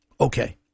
Okay